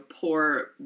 poor